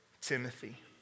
Timothy